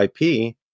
IP